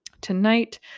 Tonight